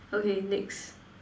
okay next